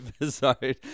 episode